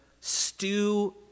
stew